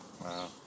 Wow